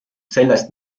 sellest